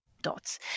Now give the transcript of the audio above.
Dots